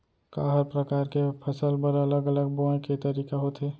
का हर प्रकार के फसल बर अलग अलग बोये के तरीका होथे?